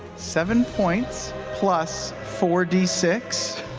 seven points plus four d six.